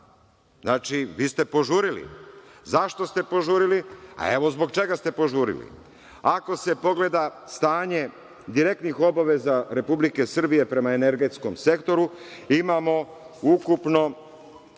data. Znači, vi ste požurili. Zašto ste požurili? Evo, zbog čeka ste požurili. Ako se pogleda stanje direktnih obaveza Republike Srbije prema energetskom sektoru imamo ukupno,